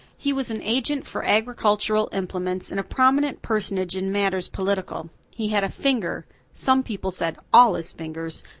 he was an agent for agricultural implements and a prominent personage in matters political. he had a finger. some people said all his fingers.